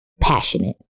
Passionate